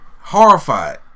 Horrified